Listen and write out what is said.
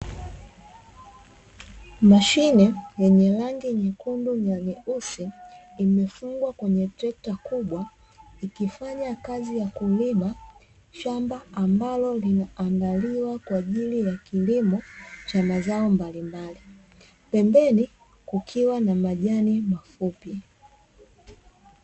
Mashine yenye rangi nyekundu na nyeusi imefungwa kwenye trekta kubwa, ikifanya kazi ya kulima shamba ambalo linaandaliwa kwa ajili ya kilimo cha mazao mbalimbali. Pembeni kukiwa na majani mafupi.